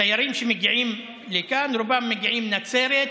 התיירים שמגיעים לכאן רובם מגיעים לנצרת,